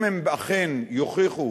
אם הם אכן יוכיחו,